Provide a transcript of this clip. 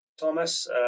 Thomas